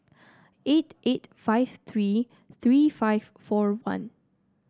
eight eight five three three five four one